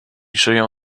żyją